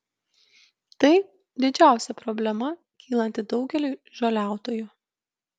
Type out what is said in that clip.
tai didžiausia problema kylanti daugeliui žoliautojų